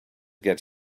get